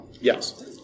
Yes